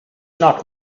not